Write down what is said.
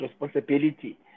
responsibility